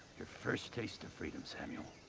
your first taste of freedom, samuel.